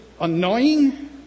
annoying